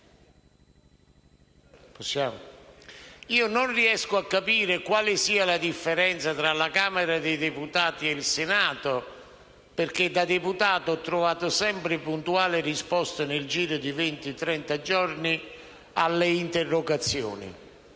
Non riesco a capire quale sia la differenza tra la Camera dei deputati e il Senato, perché da deputato ho trovato sempre puntuale risposta nel giro di venti o trenta giorni alle interrogazioni;